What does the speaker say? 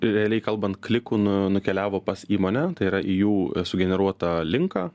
realiai kalbant klikų nu nukeliavo pas įmonę tai yra į jų sugeneruotą linką